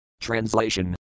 Translation